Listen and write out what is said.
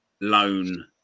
loan